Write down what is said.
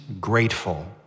grateful